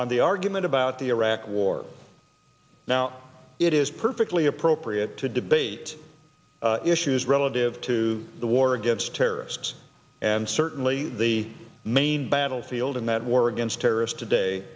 on the argument about the iraq war now it is perfectly appropriate to debate issues relative to the war against terrorists and certainly the main battlefield in that war against terrorists today